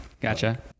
Gotcha